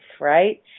right